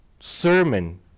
sermon